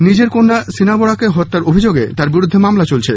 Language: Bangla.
নিজের কন্যা শিনা বোরাকে হত্যার অভিযোগে তাঁর বিরুদ্ধে মামলা চলছে